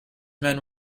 man